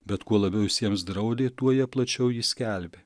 bet kuo labiau jis jiems draudė tuo jie plačiau jį skelbė